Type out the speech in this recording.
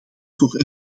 voor